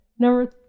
Number